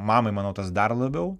mamai manau tas dar labiau